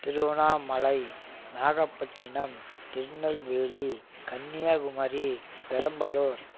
Tiruvannamalai Nagapattinam Tirunelveli Kanyakumari Perambalur